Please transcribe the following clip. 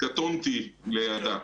קטונתי לידה.